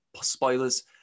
spoilers